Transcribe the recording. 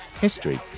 history